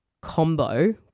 combo